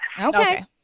Okay